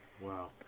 Wow